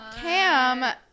Cam